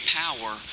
power